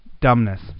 dumbness